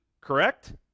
correct